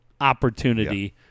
opportunity –